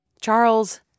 Charles